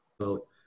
vote